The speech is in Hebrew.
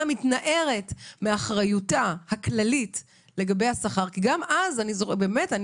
מתנערת מאחריותה הכללית לגבי השכר כי גם אז בדיוק